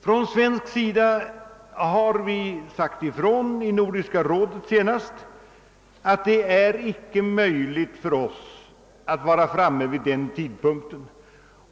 Från svensk sida har vi sagt ifrån — i Nordiska rådet senast — att det icke är möjligt för oss att vara klara vid den tidpunkten.